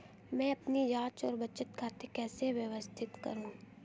मैं अपनी जांच और बचत खाते कैसे व्यवस्थित करूँ?